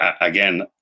again